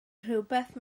rhywbeth